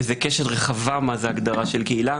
וזה קשת רחבה מה זה הגדרה של קהילה,